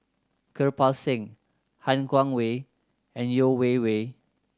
Kirpal Singh Han Guangwei and Yeo Wei Wei